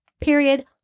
Period